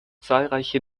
zahlreiche